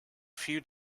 few